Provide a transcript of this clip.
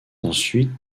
ensuite